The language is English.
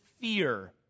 fear